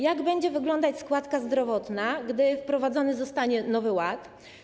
Jak będzie wyglądać składka zdrowotna, gdy wprowadzony zostanie Nowy Ład?